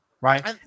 right